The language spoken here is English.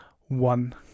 one